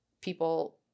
people